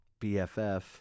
BFF